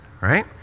right